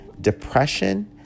depression